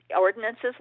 ordinances